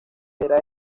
era